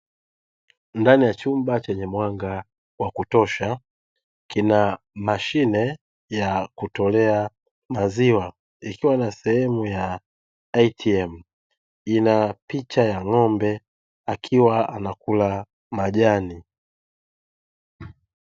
Ndani ya chumba chenye mwanga wa kutosha kina mashine ya kutolea maziwa ikiwa na sehemu ya "ATM"; ina picha ya ng'ombe akiwa anakula majani.